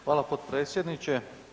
Hvala potpredsjedniče.